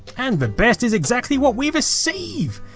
and the best is exactly what we receive.